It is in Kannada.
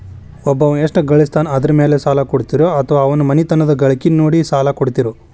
ಒಬ್ಬವ ಎಷ್ಟ ಗಳಿಸ್ತಾನ ಅದರ ಮೇಲೆ ಸಾಲ ಕೊಡ್ತೇರಿ ಅಥವಾ ಅವರ ಮನಿತನದ ಗಳಿಕಿ ನೋಡಿ ಸಾಲ ಕೊಡ್ತಿರೋ?